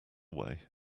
way